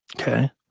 Okay